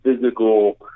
physical